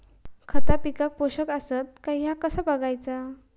खता पिकाक पोषक आसत काय ह्या कसा बगायचा?